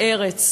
ארץ.